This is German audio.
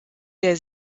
der